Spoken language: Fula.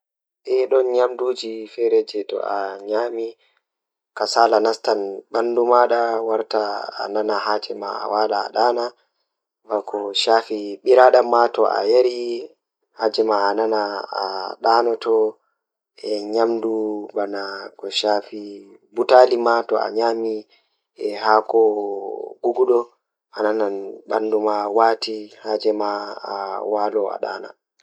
Njamaaji ɗiɗi ɗiɗi waɗata waɗude faɗoore ngal ngam goɗɗo. Ko ɗe waɗa rewti rewɓe njamaaji ngorko ngal ngam nde ɗe waɗi faɗoore ɗiɗo ngal ngal. Njamaaji ɗe feere ɗum waɗa rewɓe ngam ɗe waɗata rewɓe ngal rewɓe ngal sabu ngal ngal.